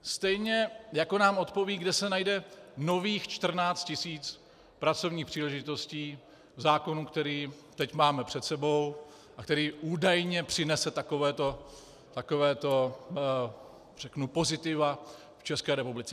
Stejně jako nám odpoví, kde se najde nových 14 tisíc pracovních příležitostí v zákonu, který teď máme před sebou a který údajně přinese takováto, řeknu, pozitiva České republice.